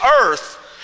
earth